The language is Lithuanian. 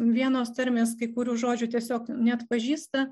vienos tarmės kai kurių žodžių tiesiog neatpažįsta